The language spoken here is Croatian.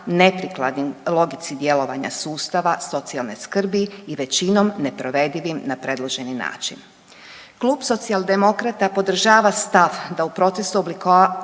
neprikladnim logici djelovanja sustava socijalne skrbi i većinom neprovedivim na predloženi način. Klub Socijaldemokrata podržava stav da u procesu oblikovanja